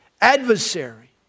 Adversary